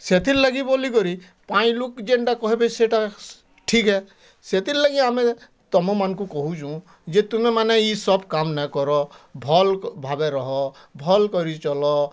ସେଥିର୍ଲାଗି ବୋଲିକରି ପାନ୍ ଲୋକ୍ ଯେନ୍ଟା କହିବେ ସେଟା ଠିକ୍ ହେ ସେଥିର୍ଲାଗି ଆମେ ତମମାନକୁ କହୁଛୁଁ ଯେ ତୁମେମାନେ ଇ ସବ୍ କାମ୍ ନାଇ କର ଭଲ୍ ଭାବେ ରହ ଭଲ୍ କରି ଚଲ